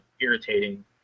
irritating